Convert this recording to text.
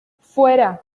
fuera